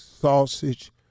Sausage